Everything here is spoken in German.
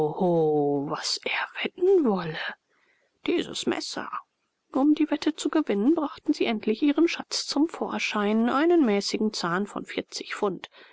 was er wetten wolle dieses messer um die wette zu gewinnen brachten sie endlich ihren schatz zum vorschein einen mäßigen zahn von vierzig pfund